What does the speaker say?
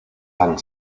han